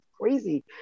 crazy